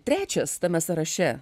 trečias tame sąraše